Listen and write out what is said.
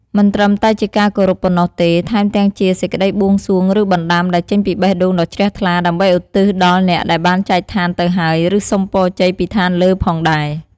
មិនត្រឹមតែជាការគោរពប៉ុណ្ណោះទេ ថែមទាំងជា សេចក្ដីបួងសួង ឬបណ្ដាំ ដែលចេញពីបេះដូងដ៏ជ្រះថ្លា ដើម្បីឧទ្ទិសដល់អ្នកដែលបានចែកឋានទៅហើយ ឬសុំពរជ័យពីឋានលើផងដែរ។